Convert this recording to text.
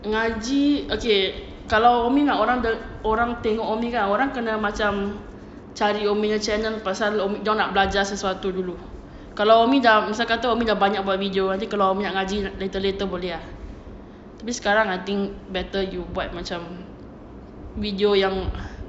ngaji okay kalau umi nak orang orang tengok umi kan orang kena macam cari umi punya channel pasal umi nak belajar sesuatu dulu kalau umi dah misal kata umi dah banyak buat video nanti kalau umi nak ngaji later later boleh ah tapi sekarang I think better you buat macam video yang